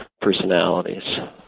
personalities